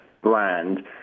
brand